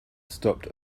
stopped